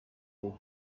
will